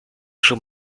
schon